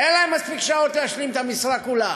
ואין להם מספיק שעות להשלים את המשרה כולה.